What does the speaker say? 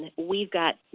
we've gotten,